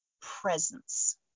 presence